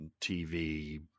TV